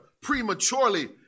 prematurely